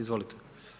Izvolite.